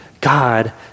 God